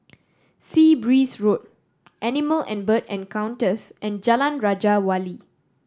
Sea Breeze Road Animal and Bird Encounters and Jalan Raja Wali